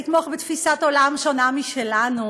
לתמוך בתפיסת עולם שונה משלנו,